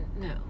No